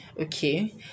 Okay